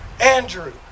Andrew